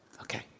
Okay